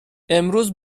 امروز